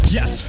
Yes